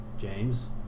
James